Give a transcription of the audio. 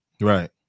right